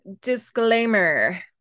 disclaimer